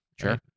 Sure